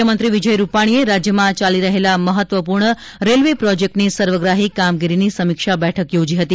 મુખ્યમંત્રી વિજય રૂપાણીએ રાજ્યમાં ચાલી રહેલા મહત્વપૂર્ણ રેલવે પ્રોજેક્ટની સર્વગ્રાહી કામગીરીની સમીક્ષા બેઠક યોજી હતી